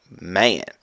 man